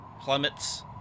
plummets